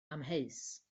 amheus